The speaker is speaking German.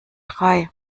drei